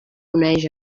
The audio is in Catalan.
uneix